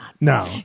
No